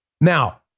Now